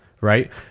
right